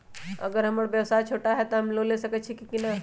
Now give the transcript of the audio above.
अगर हमर व्यवसाय छोटा है त हम लोन ले सकईछी की न?